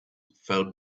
felt